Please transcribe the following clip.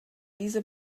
diese